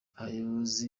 abayobozi